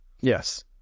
Yes